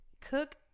cook